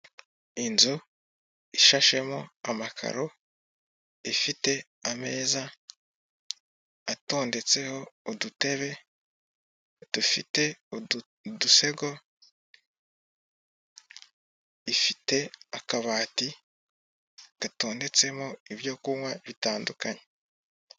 Inzu ishashemo amakaro ifite ameza atondetseho, udutebe dufite udusego, ifite akabati gatondetsemo ibyokunkwa bitandukanye.